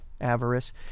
Avarice